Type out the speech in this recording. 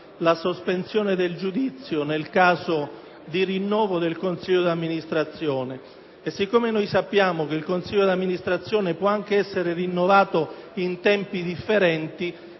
la sospensione del giudizio nel caso di rinnovo del consiglio d'amministrazione. Siccome noi sappiamo che il consiglio d'amministrazione può anche essere rinnovato in tempi differenti,